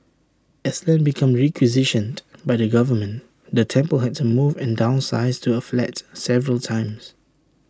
as land became requisitioned by the government the temple had to move and downsize to A flat several times